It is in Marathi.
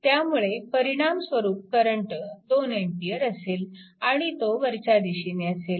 त्यामुळे परिणामस्वरूप करंट 2A असेल आणि तो वरच्या दिशेने असेल